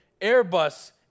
Airbus